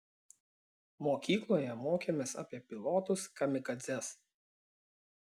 mokykloje mokėmės apie pilotus kamikadzes